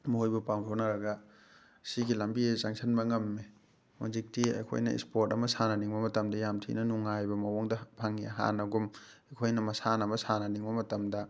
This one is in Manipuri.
ꯃꯣꯏꯒ ꯄꯥꯎ ꯐꯥꯎꯅꯔꯒ ꯁꯤꯒꯤ ꯂꯝꯕꯤꯁꯤꯗ ꯆꯪꯁꯤꯟꯕ ꯉꯝꯃꯦ ꯍꯧꯖꯤꯛꯇꯤ ꯑꯩꯈꯣꯏꯅ ꯏꯁꯄꯣꯔꯠ ꯑꯃ ꯁꯥꯟꯅꯅꯤꯡꯕ ꯃꯇꯝꯗ ꯌꯥꯝ ꯊꯤꯅ ꯅꯨꯡꯉꯥꯏꯕ ꯃꯑꯣꯡꯗ ꯐꯪꯉꯤ ꯍꯥꯟꯅꯒꯨꯝ ꯑꯩꯈꯣꯏꯅ ꯃꯁꯥꯟꯅ ꯑꯃ ꯁꯥꯟꯅꯅꯤꯡꯕ ꯃꯇꯝꯗ